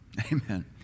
Amen